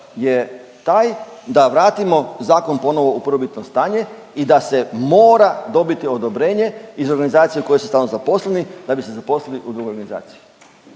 je taj da vratimo zakon ponovo u prvobitno stanje i da se mora dobiti odobrenje iz organizacije u kojoj su stalno zaposleni da bi se zaposlili u drugoj organizaciji.